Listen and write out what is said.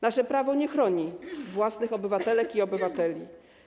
Nasze prawo nie chroni własnych obywatelek i obywateli.